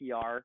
PR